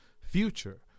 Future